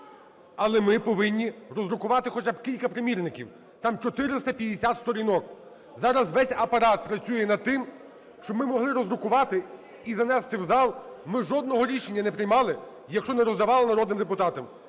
Але ми повинні роздрукувати хоча б кілька примірників, там 450 сторінок. Зараз весь Апарат працює над тим, щоб ми могли роздрукувати і занести в зал. Ми жодного рішення не приймали, якщо не роздавали народним депутатам.